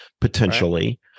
potentially